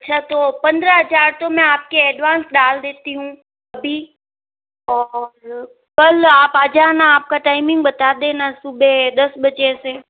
अच्छा तो पंद्रह हजार तो मैं आपके एडवांस डाल देती हूँ अभी और कल आप आ जाना आपका टाइमिंग बता देना सुबह दस बजे से